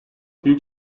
büyük